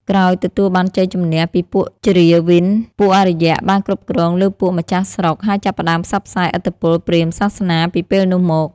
ក្រោយទទួលបានជ័យជម្នះពីពួកជ្រាវីន ពួកអារ្យបានគ្រប់គ្រងលើពួកម្ចាស់ស្រុក ហើយចាប់ផ្ដើមផ្សព្វផ្សាយឥទ្ធិពលព្រាហ្មណ៍សាសនាពីពេលនោះមក។